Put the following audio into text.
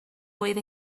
oedd